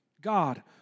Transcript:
God